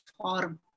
form